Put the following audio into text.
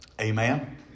Amen